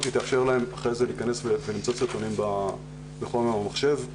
תתאפשר להם להיכנס אחר כך ולמצוא נתונים וחומר במחשב.